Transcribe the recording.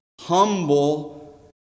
humble